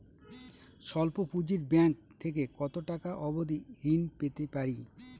স্বল্প পুঁজির ব্যাংক থেকে কত টাকা অবধি ঋণ পেতে পারি?